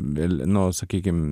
vėl nu sakykim